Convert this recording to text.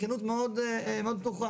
בכנות מאוד פתוחה.